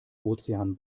ozean